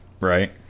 Right